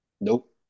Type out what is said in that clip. nope